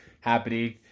happening